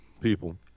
people